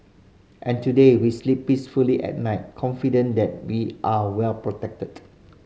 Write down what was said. and today we sleep peacefully at night confident that we are well protected